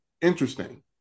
interesting